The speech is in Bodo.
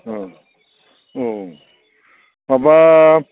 औ औ माबा